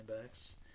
backs